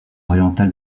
orientale